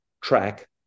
track